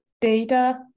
data